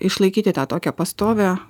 išlaikyti tą tokią pastovią